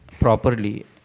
properly